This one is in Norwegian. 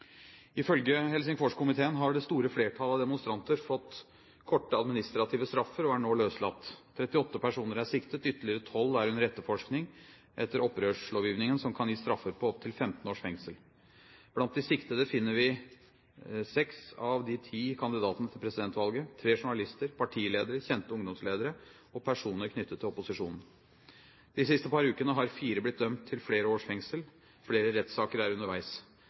Ifølge Helsingforskomiteen har det store flertallet av demonstranter fått korte administrative straffer og er nå løslatt. 38 personer er siktet, og ytterligere tolv er under etterforskning, etter opprørslovgivningen som kan gi straffer på opptil 15 års fengsel. Blant de siktede finner vi seks av de ti kandidatene til presidentvalget, tre journalister, partiledere, kjente ungdomsledere og personer knyttet til opposisjonen. De siste par ukene har fire blitt dømt til flere års fengsel – flere rettssaker er underveis.